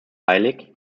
heilig